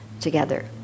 together